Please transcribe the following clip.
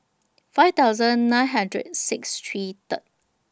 five thousand nine hundred six three Third